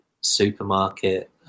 supermarket